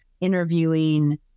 interviewing